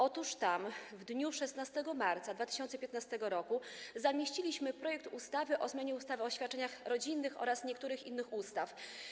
Otóż tam w dniu 16 marca 2015 r. zamieściliśmy projekt ustawy o zmianie ustawy o świadczeniach rodzinnych oraz niektórych innych ustaw.